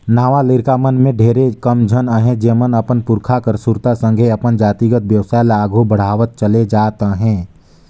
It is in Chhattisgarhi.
नावा लरिका मन में ढेरे कम झन अहें जेमन अपन पुरखा कर सुरता संघे अपन जातिगत बेवसाय ल आघु बढ़ावत चले जात अहें